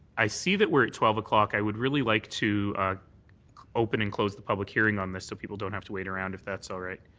i see that we are at twelve o'clock. i would really like to open and close the public hearing on this so people don't have to wait around if that's all right.